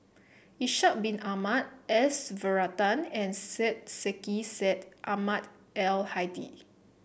Ishak Bin Ahmad S Varathan and Syed Sheikh Syed Ahmad Al Hadi